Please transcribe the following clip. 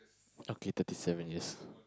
okay thirty seven years